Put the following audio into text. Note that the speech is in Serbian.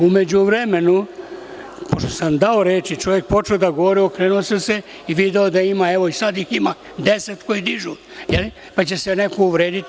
U međuvremenu, pošto sam dao reč i čovek je počeo da govori, okrenuo sam se i video da ima, evo, i sada ih ima deset koji dižu, pa će se neko uvrediti.